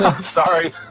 sorry